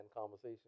conversation